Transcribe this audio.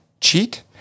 cheat